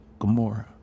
Gamora